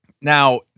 Now